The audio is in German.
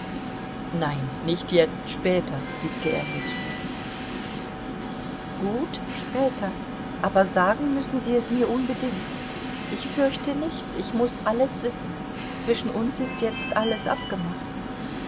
nein nicht jetzt später fügte er hinzu gut später aber sagen müssen sie es mir unbedingt ich fürchte nichts ich muß alles wissen zwischen uns ist jetzt alles abgemacht